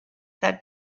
that